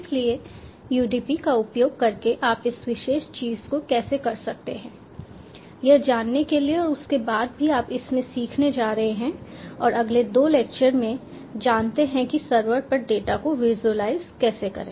इसलिए यूडीपी का उपयोग करके आप इस विशेष चीज़ को कैसे कर सकते हैं यह जानने के लिए और उसके बाद भी आप इसमें सीखने जा रहे हैं और अगले 2 लेक्चर में जानते हैं कि सर्वर पर डेटा को विजुलाइज कैसे करें